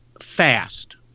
fast